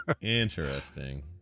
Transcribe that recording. Interesting